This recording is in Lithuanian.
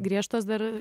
griežtos dar